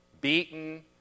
beaten